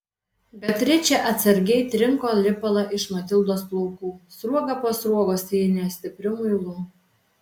beatričė atsargiai trinko lipalą iš matildos plaukų sruogą po sruogos trynė stipriu muilu